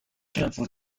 政府